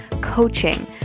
coaching